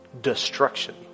Destruction